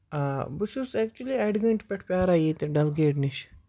آ بہٕ چھُس اٮ۪کچُولی اَڈِ گٲنٹہِ پٮ۪ٹھ پیاران ییٚتٮ۪ن ڈل گیٹ نِش